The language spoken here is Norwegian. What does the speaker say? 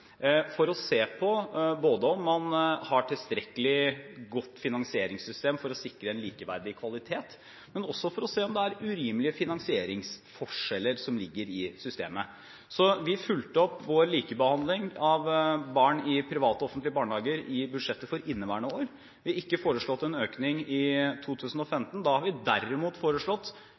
for å se på om man har et tilstrekkelig godt finansieringssystem for å sikre en likeverdig kvalitet, og for å se på om det er urimelige finansieringsforskjeller som ligger i systemet. Vi fulgte opp vår likebehandling av barn i private og offentlige barnehager i budsjettet for inneværende år. Vi har ikke foreslått en økning i 2015. Vi har derimot foreslått